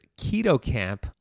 KETOCAMP